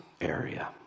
area